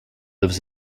lives